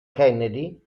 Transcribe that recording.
kennedy